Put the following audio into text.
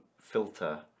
filter